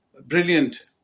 brilliant